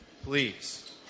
Please